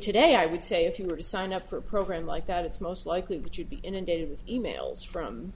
today i would say if you were signed up for a program like that it's most likely but you'd be inundated with e mails from